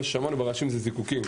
מה ששמענו זה זיקוקים,